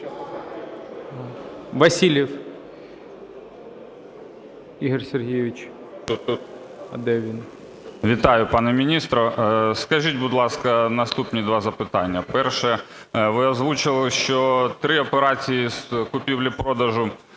ВАСИЛЬЄВ І.С. Вітаю, пане міністре. Скажіть, будь ласка, наступні два запитання. Перше. Ви озвучили, що три операції з купівлі-продажу